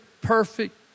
perfect